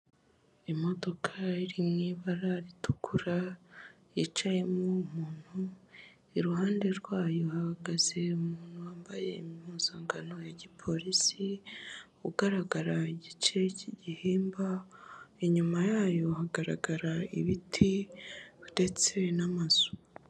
Imodoka iri mubara ritukura yicayemo umuntu iruhande, rwayo hahagaze umuntu wambaye impuzangano ya gipolisi, ugaragara igice cy'igihimba, inyuma yayo hagaragara ibiti ndetse n'amazu.